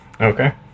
Okay